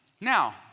Now